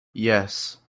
yes